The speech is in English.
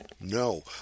No